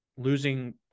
losing